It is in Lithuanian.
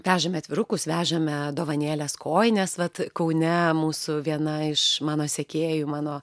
vežame atvirukus vežame dovanėles kojines vat kaune mūsų viena iš mano sekėjų mano